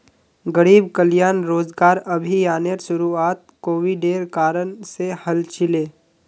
गरीब कल्याण रोजगार अभियानेर शुरुआत कोविडेर कारण से हल छिले